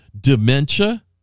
dementia